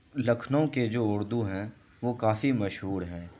لکھنؤ کے جو اردو ہیں وہ کافی مشہور ہیں